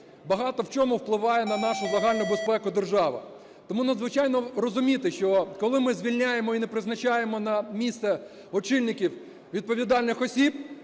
багато в чому впливає на нашу загальну безпеку держав. Тому надзвичайно розуміти, що коли ми звільняємо і не призначаємо на місце очільників відповідальних осіб,